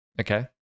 Okay